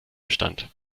bestand